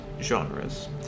genres